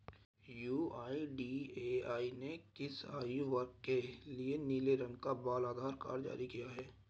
UIDAI ने किस आयु वर्ग के लिए नीले रंग का बाल आधार कार्ड जारी किया है?